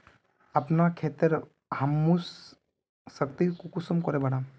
अपना खेतेर ह्यूमस शक्ति कुंसम करे बढ़ाम?